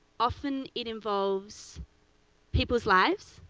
often, it involves people's lives,